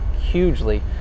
hugely